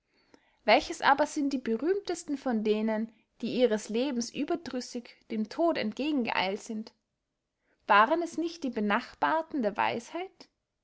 welches aber sind die berühmtesten von denen die ihres lebens überdrüssig dem tod entgegengeeilt sind waren es nicht die benachbarten der weisheit